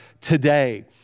today